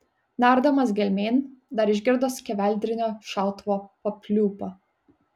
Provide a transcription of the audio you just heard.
nerdamas gelmėn dar išgirdo skeveldrinio šautuvo papliūpą